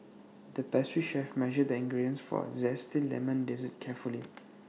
the pastry chef measured the ingredients for A Zesty Lemon Dessert carefully